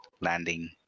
landing